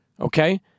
okay